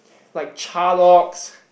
like Cha-Locks